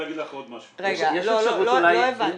לא הבנתי.